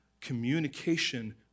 communication